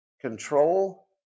control